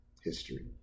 history